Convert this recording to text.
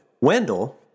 Wendell